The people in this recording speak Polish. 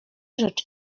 rzecz